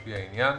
לפי העניין,